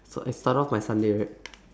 so I start off my sunday right